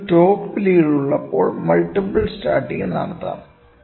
നിങ്ങൾക്ക് top lead ഉള്ളപ്പോൾ multiple start നടത്താം